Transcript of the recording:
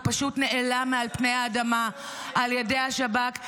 הוא פשוט נעלם מעל פני האדמה על ידי השב"כ.